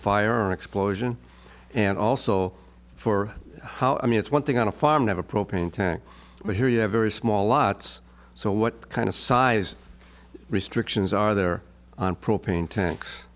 fire or explosion and also for how i mean it's one thing on a farm have a propane tank but here you have very small lots so what kind of size restrictions are there on propane tanks